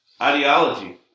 Ideology